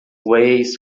ways